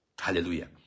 Hallelujah